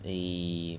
they